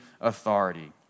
authority